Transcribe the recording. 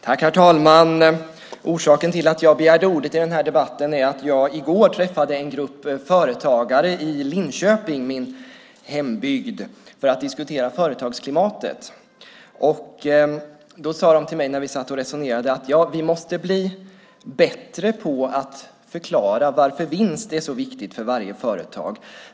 Herr talman! Orsaken till att jag begärde ordet i den här debatten är att jag i går träffade en grupp företagare i Linköping, min hembygd, för att diskutera företagsklimatet. De sade till mig, när vi satt och resonerade: Vi måste bli bättre på att förklara varför vinst är så viktig för varje företag.